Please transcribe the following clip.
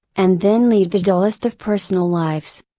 and then lead the dullest of personal lives?